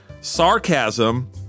Sarcasm